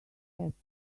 hatch